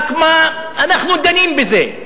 רק מה, אנחנו דנים בזה.